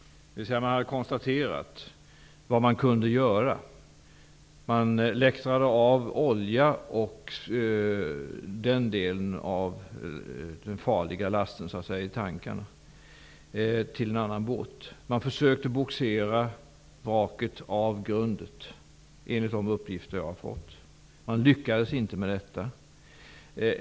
Man har konstaterat vad man kunde göra. Man förde över olja och den del av den farliga lasten som fanns i tankarna till en annan båt. Man försökte bogsera vraket av grundet, enligt de uppgifter jag har fått. Man lyckades inte med detta.